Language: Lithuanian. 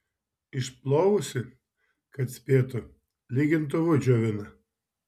išplovusi kad spėtų lygintuvu džiovina